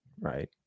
right